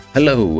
Hello